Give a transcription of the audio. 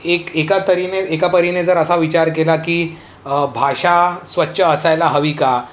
एक एका तरीने एका परिने जर असा विचार केला की भाषा स्वच्छ असायला हवी का